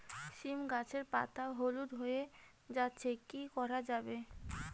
সীম গাছের পাতা হলুদ হয়ে যাচ্ছে কি করা যাবে?